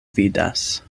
vidas